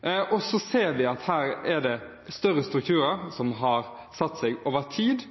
Så ser vi at her er det større strukturer som har satt seg over tid